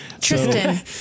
tristan